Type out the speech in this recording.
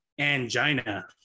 Angina